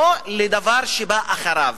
לא לדבר שבא אחריו.